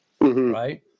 right